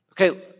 Okay